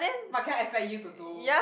what can I expect you to do